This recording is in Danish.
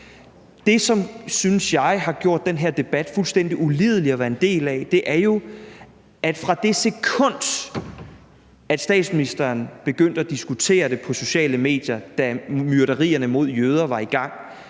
Det, som jeg synes har gjort den her debat fuldstændig ulidelig at være en del af, er jo, at fra det sekund, statsministeren begyndte at diskutere det på sociale medier, da myrderierne af jøder var i gang,